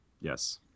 yes